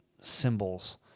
symbols